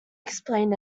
explain